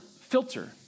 filter